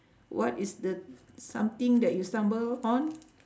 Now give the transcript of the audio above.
what is the something that you stumble on